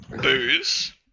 Booze